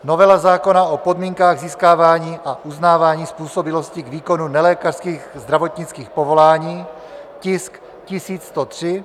novela zákona o podmínkách získávání a uznávání způsobilosti k výkonu nelékařských zdravotnických povolání, tisk 1103,